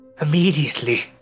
immediately